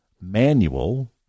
manual